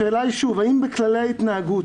השאלה האם בכללי ההתנהגות,